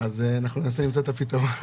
אז אנחנו ננסה למצוא את הפתרון.